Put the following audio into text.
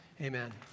Amen